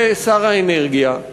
ושר האנרגיה,